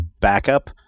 backup